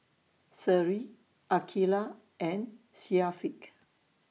Seri Aqilah and Syafiq